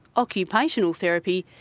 occupational therapy,